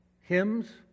hymns